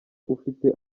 ufite